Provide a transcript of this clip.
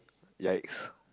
yikes